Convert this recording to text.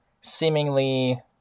seemingly